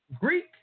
greek